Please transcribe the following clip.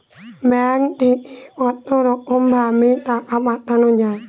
ব্যাঙ্কের থেকে কতরকম ভাবে টাকা পাঠানো য়ায়?